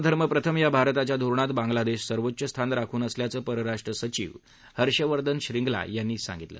शेजारधर्म प्रथम या भारताच्या धोरणात बांगलादेश सर्वोच्च स्थान राखून असल्याचं परराष्ट्र सचिव हर्षवर्धन श्रृंगला यांनी सांगितलं